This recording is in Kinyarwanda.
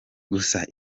gusa